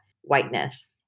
whiteness